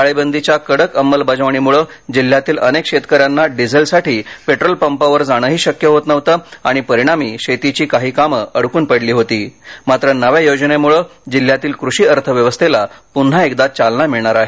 टाळेबंदीच्या कडक अंमलबजावणीमुळं जिल्ह्यातील अनेक शेतकऱ्यांना डिझेलसाठी पेट्रोल पंपावर जाणेही शक्य होत नव्हते आणि परिणामी शेतीची काही कामेही अडक्न पडली होती मात्र नव्या योजनेमुळं जिल्ह्यातील कृषी अर्थव्यवस्थेला पुन्हा एकदा चालना मिळणार आहे